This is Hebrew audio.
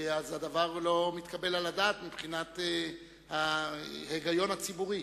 הדבר לא מתקבל על הדעת מבחינת ההיגיון הציבורי.